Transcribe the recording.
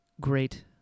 great